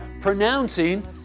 pronouncing